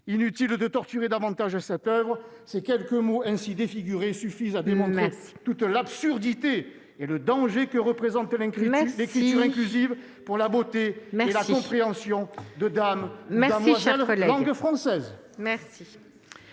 Inutile de torturer davantage cette oeuvre, ces quelques mots ainsi défigurés suffisent à démontrer toute l'absurdité et le danger que représente l'écriture inclusive pour la beauté et la compréhension de dame ou damoiselle langue française.